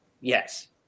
Yes